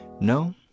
No